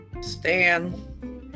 stan